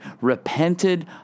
repented